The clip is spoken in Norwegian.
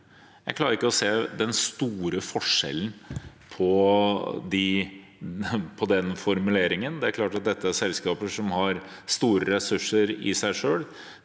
Jeg klarer ikke å se den store forskjellen i den formuleringen. Det er klart at dette er selskaper som har store ressurser i seg selv.